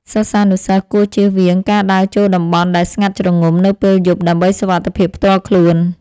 សិស្សានុសិស្សគួរជៀសវាងការដើរចូលតំបន់ដែលស្ងាត់ជ្រងំនៅពេលយប់ដើម្បីសុវត្ថិភាពផ្ទាល់ខ្លួន។